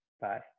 bye